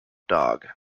dog